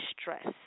stress